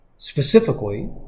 specifically